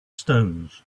stones